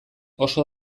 oso